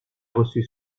reçu